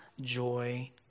joy